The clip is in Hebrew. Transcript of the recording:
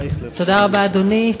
תודה רבה, אדוני,